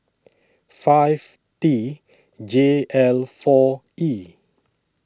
five T J L four E